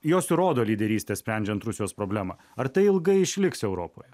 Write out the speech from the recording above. jos ir rodo lyderystę sprendžiant rusijos problemą ar tai ilgai išliks europoje